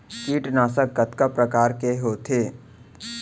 कीटनाशक कतका प्रकार के होथे?